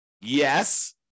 Yes